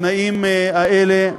בתנאים האלה,